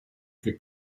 che